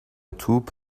توپ